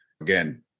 again